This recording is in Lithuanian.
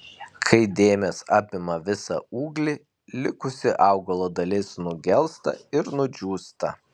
kai dėmės apima visą ūglį likusi augalo dalis nugelsta ir nudžiūsta